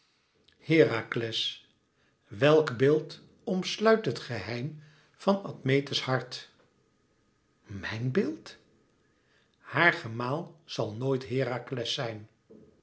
herakles welk beeld omsluit het geheim van admete's hart mijn beeld haar gemaal zal nooit herakles zijn